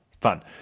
fun